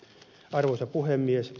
arvoisa puhemies